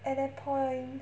at that point